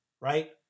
right